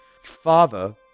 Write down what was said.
Father